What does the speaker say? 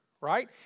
right